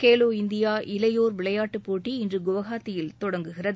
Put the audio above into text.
Khelo India இளையோர் விளையாட்டு இன்று குவஹாத்தியில் தொடங்குகின்றன